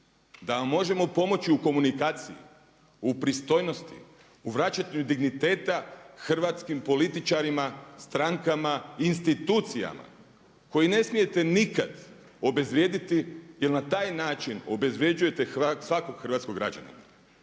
da vam možemo pomoći u komunikaciji, u pristojnosti, u vraćanju digniteta hrvatskim političarima, strankama, institucijama koji ne smijete nikada obezvrijediti jer na taj način obezvrjeđujete svakog hrvatskog građanina.